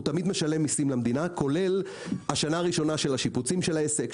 הוא תמיד משלם מיסים למדינה כולל השנה הראשונה של השיפוצים של העסק,